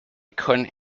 couldn’t